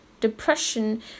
depression